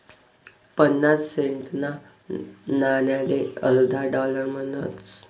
पन्नास सेंटना नाणाले अर्धा डालर म्हणतस